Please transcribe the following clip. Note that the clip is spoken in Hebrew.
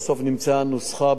ואני מאוד מודה לכם על